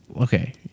Okay